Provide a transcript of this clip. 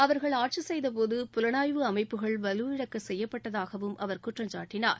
அவர்கள் ஆட்சி செய்தபோது புலனாய்வு அமைப்புகள் வலுவிழக்க செய்யப்பட்டதாகவும் அவர் குற்றம் சாட்டினார்